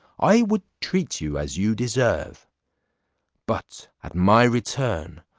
i would treat you as you deserve but at my return,